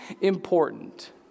important